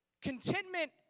Contentment